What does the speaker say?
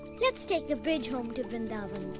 let's take the bridge home to vrindavan.